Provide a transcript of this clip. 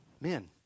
men